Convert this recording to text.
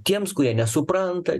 tiems kurie nesupranta